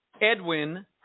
Edwin